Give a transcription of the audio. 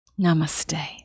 Namaste